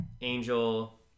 Angel